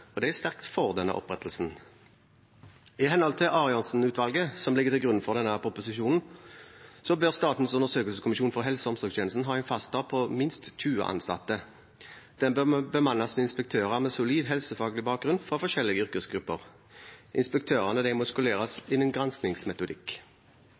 og de er sterkt for denne opprettelsen. I henhold til Arianson-utvalget, som ligger til grunn for denne proposisjonen, bør Statens undersøkelseskommisjon for helse- og omsorgstjenesten ha en fast stab på minst 20 ansatte. Den bør bemannes med inspektører med solid helsefaglig bakgrunn fra forskjellige yrkesgrupper. Inspektørene må skoleres innen granskingsmetodikk. De